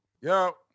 Yo